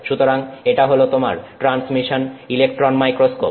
সুতরাং এটা হল তোমার ট্রান্সমিশন ইলেকট্রন মাইক্রোস্কোপ